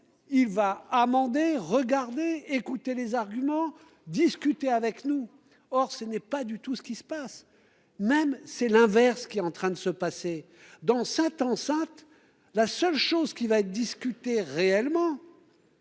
il va amender regarder, écouter les arguments discuter avec nous. Or ce n'est pas du tout ce qui se passe. Même c'est l'inverse qui est en train de se passer dans cette enceinte. La seule chose qui va être discutée réellement.